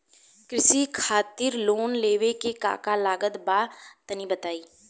कृषि खातिर लोन लेवे मे का का लागत बा तनि बताईं?